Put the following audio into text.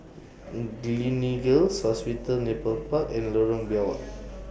Gleneagles Hospital Nepal Park and Lorong Biawak